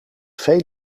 veel